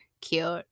cute